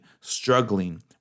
struggling